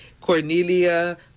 Cornelia